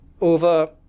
over